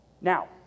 Now